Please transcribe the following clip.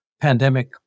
Pandemic